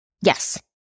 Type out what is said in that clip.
Yes